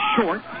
Short